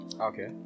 Okay